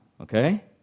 Okay